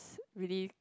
really